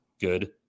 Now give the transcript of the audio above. good